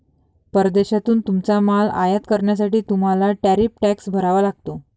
परदेशातून तुमचा माल आयात करण्यासाठी तुम्हाला टॅरिफ टॅक्स भरावा लागतो